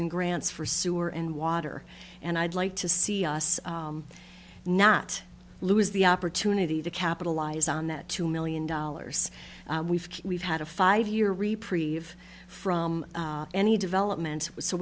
in grants for sewer and water and i'd like to see us not lose the opportunity to capitalise on that two million dollars we've we've had a five year reprieve from any development